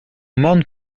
morne